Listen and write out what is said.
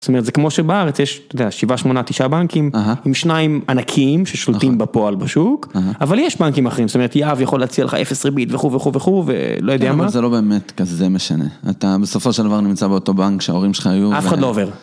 זאת אומרת, זה כמו שבארץ יש 7-8-9 בנקים עם שניים ענקים ששולטים בפועל בשוק, אבל יש בנקים אחרים. זאת אומרת יהב יכול להציע לך 0 ריבית וכו' וכו' וכו' ולא יודע מה. כן. אבל זה לא באמת כזה משנה. אתה בסופו של דבר נמצא באותו בנק שההורים שלך היו. אף אחד לא עובר.